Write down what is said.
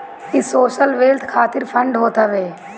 इ social wealth खातिर fund होत हवे